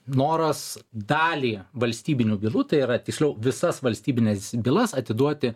noras dalį valstybinių bylų tai yra tiksliau visas valstybines bylas atiduoti